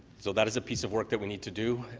so that is a piece of work that we need to do.